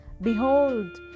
behold